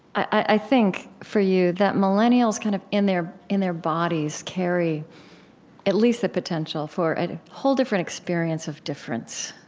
i think, for you, that millennials, kind of in their in their bodies, carry at least the potential for a whole different experience of difference,